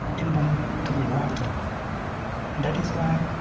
in them to be watered. and that is why